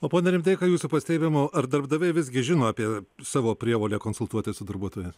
o pone rimdeika jūsų pastebėjimu ar darbdaviai visgi žino apie savo prievolę konsultuotis su darbuotojais